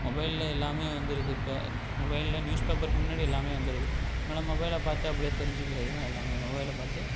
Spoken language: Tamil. மொபைலில் எல்லாமே வந்துடுது இப்போ மொபைலில் நியூஸ் பேப்பருக்கு முன்னாடி எல்லாமே வந்துடுது அதனால் மொபைலை பார்த்து அப்படியே தெரிஞ்சுக்கிறது தான் எல்லாமே மொபைலை பார்த்து